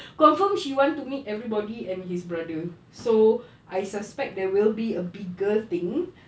confirm she want to meet everybody and his brother so I suspect there will be a bigger thing